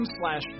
slash